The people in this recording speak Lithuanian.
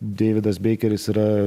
deividas beikeris yra